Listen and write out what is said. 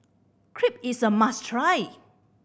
crepe is a must try